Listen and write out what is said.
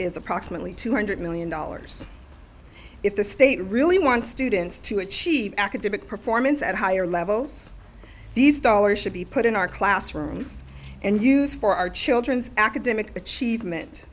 is approximately two hundred million dollars if the state really want students to achieve academic performance at higher levels these dollars should be put in our classrooms and use for our children's academic achievement